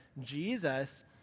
Jesus